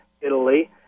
Italy